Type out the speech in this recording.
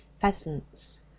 pheasants